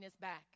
back